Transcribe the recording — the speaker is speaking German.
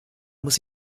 muss